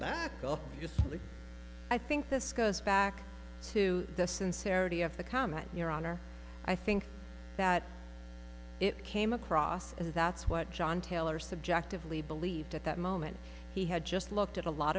like i think this goes back to the sincerity of the comment your honor i think that it came across as if that's what john taylor subjectively believed at that moment he had just looked at a lot